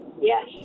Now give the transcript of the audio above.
Yes